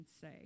say